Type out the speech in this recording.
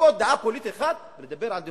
ולכפות דעה פוליטית אחת, ולדבר על דמוקרטיה?